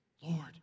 Lord